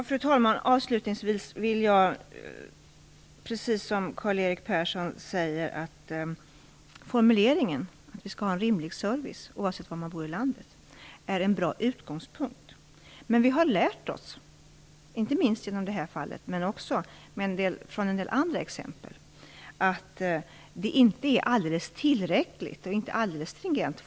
Fru talman! Avslutningsvis vill jag, precis som Karl-Erik Persson, konstatera att formuleringen att vi skall ha en rimlig service oavsett var vi bor i landet är en bra utgångspunkt. Men vi har lärt oss, inte minst genom detta fall men också genom andra, att formuleringen inte är alldeles tillräcklig och inte alldeles stringent.